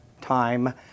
time